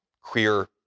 queer